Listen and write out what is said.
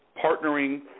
partnering